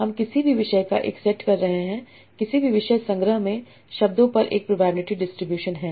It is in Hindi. हम किसी भी विषय का एक सेट कर रहे हैं किसी भी विषय संग्रह में शब्दों पर एक प्रोबेबिलिटी डिस्ट्रीब्यूशन है